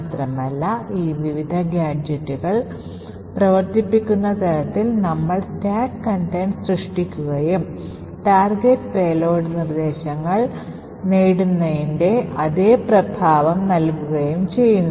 മാത്രമല്ല ഈ വിവിധ ഗാഡ്ജെറ്റുകൾ പ്രവർത്തിപ്പിക്കുന്ന തരത്തിൽ നമ്മൾ stack contents സൃഷ്ടിക്കുകയും ടാർഗെറ്റ് പേലോഡ് നിർദ്ദേശങ്ങൾ നേടുന്നതിന്റെ അതേ പ്രഭാവം നൽകുകയും ചെയ്യുന്നു